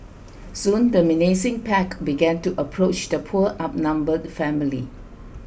soon the menacing pack began to approach the poor outnumbered family